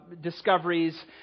discoveries